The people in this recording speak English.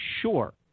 Sure